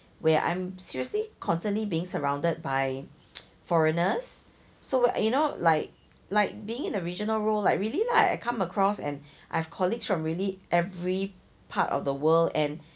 where I'm seriously constantly being surrounded by foreigners so you know like like being in a regional role I really lah I come across and I have colleagues from really every part of the world and